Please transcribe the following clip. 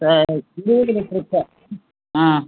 இப்போ இருபது litre can ah